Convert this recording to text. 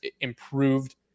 improved